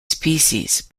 species